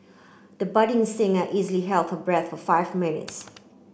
the budding singer easily held her breath for five minutes